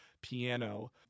Piano